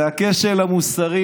זה הכשל המוסרי